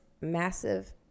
massive